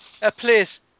please